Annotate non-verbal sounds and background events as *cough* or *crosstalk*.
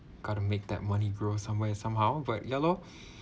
got to make that money grow somewhere somehow but ya loh *breath*